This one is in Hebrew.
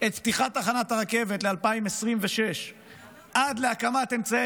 את פתיחת תחנת הרכבת ל-2026 עד להקמת אמצעי